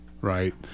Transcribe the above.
right